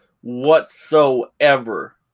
whatsoever